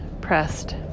pressed